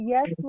Yes